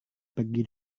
pergi